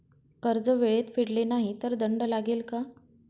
कर्ज वेळेत फेडले नाही तर दंड लागेल का?